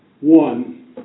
One